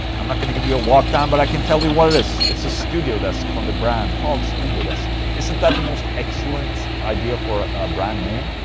i'm not gonna give you a walkdown, but i can tell you what it is it's a studio desk from a brand called studio desk isn't that the most excellent idea for a brand name?